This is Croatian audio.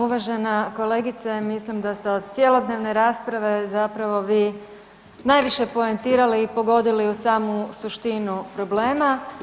Uvažena kolegice, mislim da ste od cjelodnevne rasprave zapravo vi najviše poentirali i pogodili u samu suštinu problema.